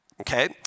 okay